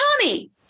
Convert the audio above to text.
tommy